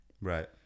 right